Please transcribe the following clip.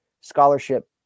scholarship